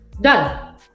done